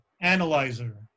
analyzer